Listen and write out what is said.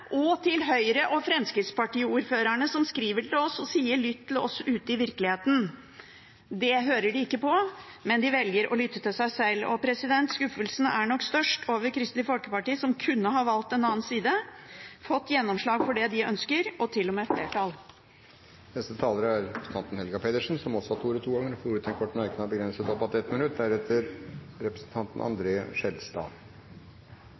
og til Høyre- og Fremskrittsparti-ordførerne, som skriver til oss og sier: Lytt til oss ute i virkeligheten! Det hører de ikke på. De velger å lytte til seg sjøl. Skuffelsen er nok størst over Kristelig Folkeparti, som kunne ha valgt en annen side, fått gjennomslag for det de ønsker, og til og med flertall. Representanten Helga Pedersen har hatt ordet to ganger tidligere og får ordet til en kort merknad, begrenset til 1 minutt.